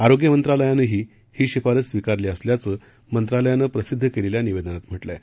आरोग्यमंत्रालयानंही ही शिफारस स्वीकारली सल्याचं मंत्रालयानं प्रसिद्ध केलेल्या निवेदनात म्हटलं आहे